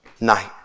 night